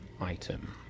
item